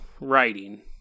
writing